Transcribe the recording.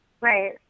Right